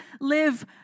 live